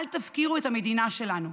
אל תפקירו את המדינה שלנו.